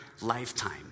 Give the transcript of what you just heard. lifetime